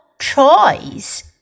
choice